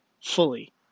fully